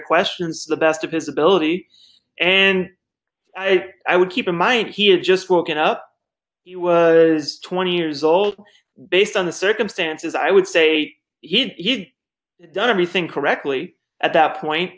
questions the best of his ability and i would keep in mind he is just walking up was twenty years old based on the circumstances i would say he's done everything correctly at that point